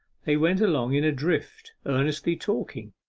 they went along in a drift, earnestly talking,